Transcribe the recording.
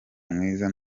mwiza